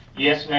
yes ma'am,